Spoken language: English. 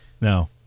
no